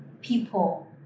people